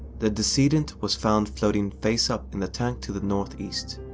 the decedent was found floating face up in the tank to the northeast.